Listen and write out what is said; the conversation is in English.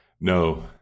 no